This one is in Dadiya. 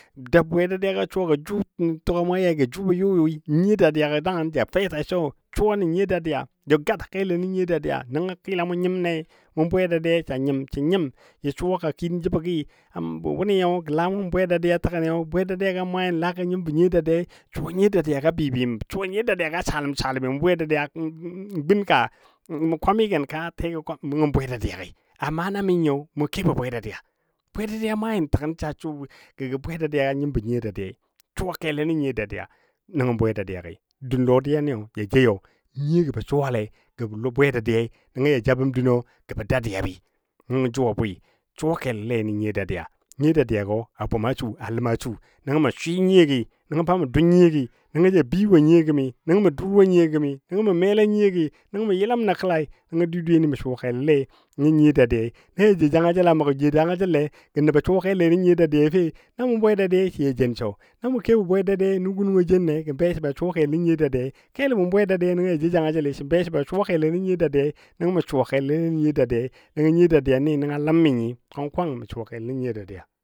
dəg bwe dadiyaga a suwa gɔ jʊ bɔ yʊyʊi nyiyo dadiya gɔ dangən da fɛtai suwa nən nyiyo dadiya bə gata kelo nən nyiyo dadiya nəngɔ kɨlanmɔ nyimlei mʊ bwedadiyai sa nyim sən nyim jə suwaka kiin jəbɔ gɨɨ wʊnɨ gə lamʊ təganiyɔ bwe dadiya gɔ, a maa nyin laga nyimbɔ nyiyo dadiyai, suwa nyiyo dadiya bɨ bɨ suwa nyiyo dadiya ga saləm saləmi, mʊ bwedadiya n gun ka, mʊ kwamigən ka? Nəngɔ bwedadiyagii amma na mi nyi mʊ kebɔ bwedadiya. Bwedadiya ma nyin təgən sa suwagɔ gə bwedadiya a nyimbɔ nyiyo dadiya, Suwa kele nən nyiyo dadiya nəngɔ bwe dadiya dun lodiya ni ja jou nyiyogɔ bə suwalai nəngo ja jabəm dunɔ gə bə dadiyab nəngɔ jʊ a bwɨ suwa kelole nən nyiyo dadiya, nyiyo dadiya gə a bʊma su a ləma su nəngɔ mə swɨ nyiyo gɨi, nəngɔ bamɔ dou nyiyo gɨɨ, nəngɔ ja bəi wo a nyiyo gɨɨ, nəngo dʊl wo a nyiyogɨɨ, nəngɔ mə mela nyiyo gɨɨ, nəngɔ mə yəlam nə kəlai, nəngo jʊ dweyeni mə suwa kelole nən nyiyo dadiyao naja jou janga jəlle gɔ nəbɔ suwa kelle nən nyiya dadiyai fe na mʊ dadiya sə jaa joun so na mʊ. kebɔ bwe dadiyai nugɔ nuwo jenne gən be sə ban suwa kelo nə nyiyo dadiyei kelo mʊ bwedadiya nəngɔ ja jou jangajəl nəngɔ me suwa kelole nən nyiyo dadiya nəngɔ nyiyo dadiyani nəngɔ a ləmmi nyi kwang kwang mə suwa kelo nən nyiyo dadiya.